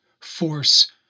force